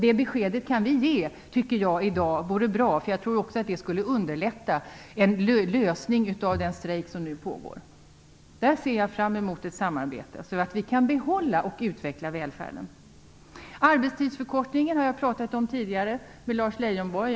Det beskedet tycker jag att det vore bra om vi kunde ge i dag. Jag tror att det också skulle underlätta en lösning av den strejk som nu pågår. Där ser jag fram emot ett samarbete, så att vi kan behålla och utveckla välfärden. Arbetstidsförkortningen har jag pratat om tidigare med Lars Leijonborg.